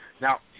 Now